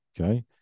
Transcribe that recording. okay